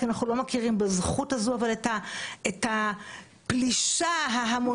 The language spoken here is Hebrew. כי אנחנו לא מכירים בזכות הזאת את הפלישה ההמונית